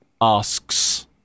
Asks